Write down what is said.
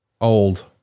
old